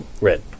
Red